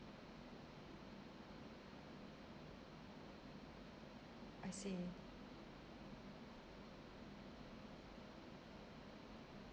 I see